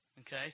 Okay